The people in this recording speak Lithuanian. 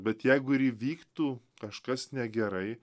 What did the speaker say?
bet jeigu ir įvyktų kažkas negerai